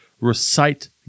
recite